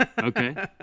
Okay